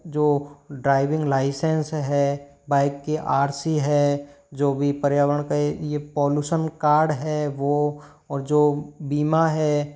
जो driving licence है bike की आर सी है जो भी पर्यावरण का ये पोल्लुशन कार्ड है वो और जो बीमा है